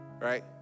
right